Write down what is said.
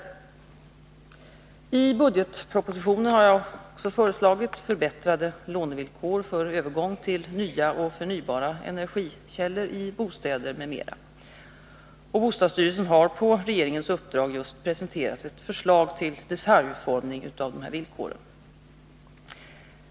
Fredagen den I budgetpropositionen har jag också föreslagit förbättrade lånevillkor för 19 mars 1982 övergång till nya och förnybara energikällor i bostäder m.m. Bostadsstyrelsen har på regeringens uppdrag just presenterat ett förslag till detaljutformning av dessa villkor.